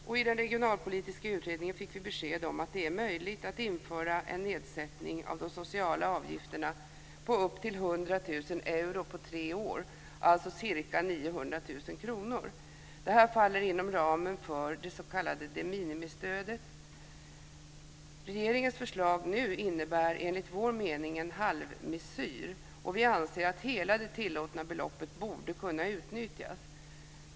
Och i den regionalpolitiska utredningen fick vi besked om att det är möjligt att införa en nedsättning av de sociala avgifterna på upp till 100 000 euro på tre år, dvs. ca 900 000 kr. Detta faller inom ramen för det s.k. de minimistödet. Regeringens förslag nu innebär enligt vår mening en halvmesyr. Vi anser att hela det tillåtna beloppet borde kunna utnyttjas.